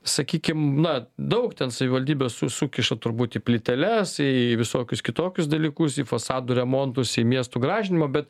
sakykim na daug ten savivaldybė su sukiša turbūt į plyteles į visokius kitokius dalykus į fasadų remontus į miestų gražinimą bet